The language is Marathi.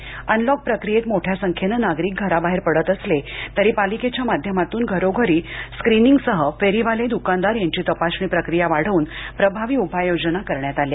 अनलॉक प्रक्रियेत मोठ्या संख्येने नागरिक घराबाहेर पडत असले तरी पालिकेच्या माध्यमातून घरोघरी स्क्रिनिंगसह फेरीवाले दूकानदार यांची तपासणी प्रक्रिया वाढवून प्रभावी उपाययोजना करण्यात आल्या